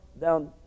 down